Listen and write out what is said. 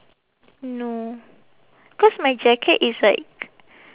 no cause my jacket is like